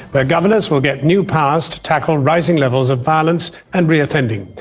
their governors will get new powers to tackle rising levels of violence and reoffending.